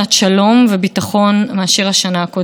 לא רק תפילות צריך, גם מעשים.